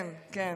כן, כן.